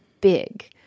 big